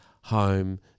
home